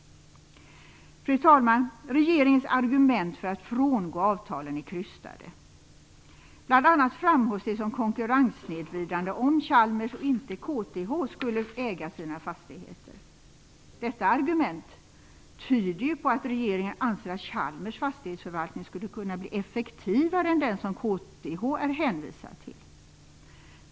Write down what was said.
Fru talman! Regeringens argument för att frångå avtalen är krystade. Bl.a. framhålls det som konkurrenssnedvridande om Chalmers och inte KTH skulle äga sina fastigheter. Detta argument tyder på att regeringen anser att Chalmers fastighetsförvaltning skulle kunna bli effektivare än den som KTH är hänvisad till.